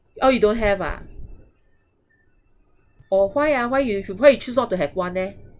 oh you don't have ah orh why ah why you you why you choose not to have one eh